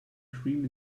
cream